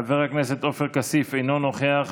חבר הכנסת עופר כסיף, אינו נוכח,